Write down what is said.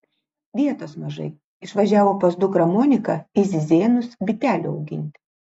vietos mažai išvažiavo pas dukrą moniką į zizėnus bitelių auginti